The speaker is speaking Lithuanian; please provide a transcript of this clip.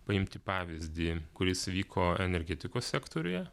paimti pavyzdį kuris vyko energetikos sektoriuje